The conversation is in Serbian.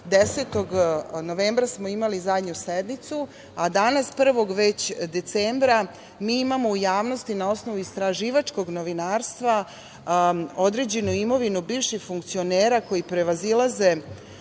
10. novembra smo imali zadnju sednicu, a danas već 1. decembra, mi imamo u javnosti, na osnovu istraživačkog novinarstva, određenu imovinu bivših funkcionera koji prevazilaze